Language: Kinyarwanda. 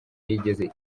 yigeze